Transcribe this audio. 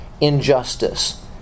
injustice